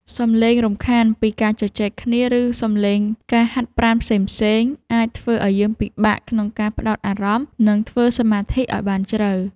សំឡេងរំខានពីការជជែកគ្នា ឬសំឡេងការហាត់ប្រាណផ្សេងៗ អាចធ្វើឱ្យយើងពិបាកក្នុងការផ្ដោតអារម្មណ៍ និងធ្វើសមាធិឱ្យបានជ្រៅ។